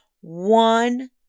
one